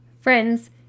Friends